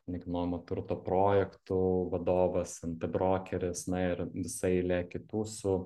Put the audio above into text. nekilnojamo turto projektų vadovas nt brokeris na ir visa eilė kitų su